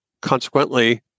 consequently